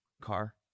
car